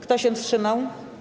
Kto się wstrzymał?